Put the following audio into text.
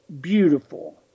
beautiful